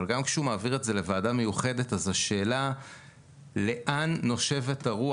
אבל גם כשהוא מעביר את זה לוועדה מיוחדת אז השאלה לאן נושבת הרוח?